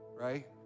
right